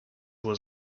was